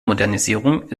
modernisierung